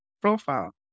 profile